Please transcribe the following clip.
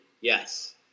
Yes